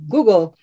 Google